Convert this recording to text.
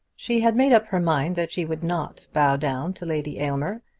she had made up her mind that she would not bow down to lady aylmer,